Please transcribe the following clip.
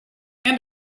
and